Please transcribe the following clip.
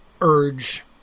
urge